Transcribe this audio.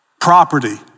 property